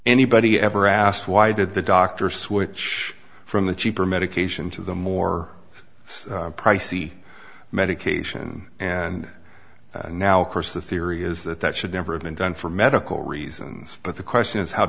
anybody ever asked why did the doctor switch from the cheaper medication to the more pricey medication and now course the theory is that that should never have been done for medical reasons but the question is how